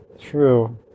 true